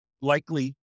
likely